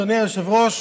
אדוני היושב-ראש,